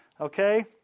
okay